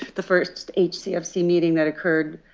the first hcfc meeting that occurred.